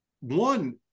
one